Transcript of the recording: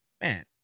man